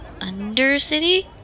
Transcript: Undercity